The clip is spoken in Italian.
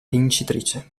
vincitrice